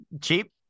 cheap